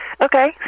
Okay